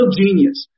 genius